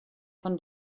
von